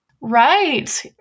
right